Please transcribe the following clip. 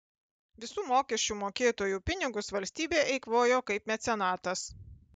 visų mokesčių mokėtojų pinigus valstybė eikvojo kaip mecenatas